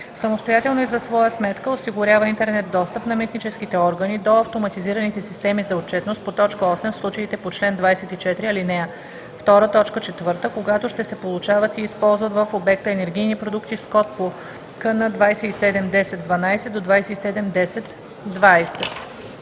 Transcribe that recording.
самостоятелно и за своя сметка осигурява интернет достъп на митническите органи до автоматизираните системи за отчетност по т. 8, в случаите по чл. 24, ал. 2, т. 4, когато ще се получават и използват в обекта енергийни продукти с код по КН 2710 12 до 271020;